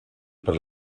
per